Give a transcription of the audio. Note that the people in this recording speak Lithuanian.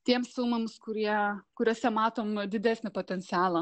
tiems filmams kurie kuriuose matom didesnį potencialą